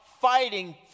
fighting